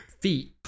feet